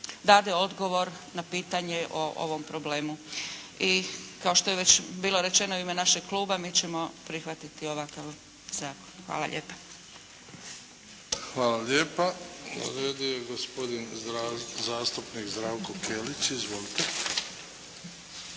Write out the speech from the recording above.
dade odgovor na pitanje o ovom problemu. I kao što je već bilo rečeno u ime našeg Kluba mi ćemo prihvatiti ovakav zakon. Hvala lijepa. **Bebić, Luka (HDZ)** Hvala lijepa. Na redu je gospodin zastupnik Zlatko Kelić. Izvolite.